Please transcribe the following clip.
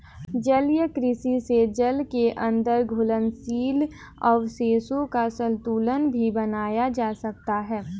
जलीय कृषि से जल के अंदर घुलनशील अवयवों का संतुलन भी बनाया जा सकता है